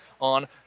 on